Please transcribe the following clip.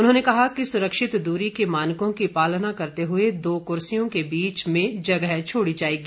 उन्होंने कहा कि सुरक्षित दूरी के मानकों की पालना करते हुए दो कुर्सियों से बीच में जगह छोड़ी जाएगी